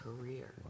career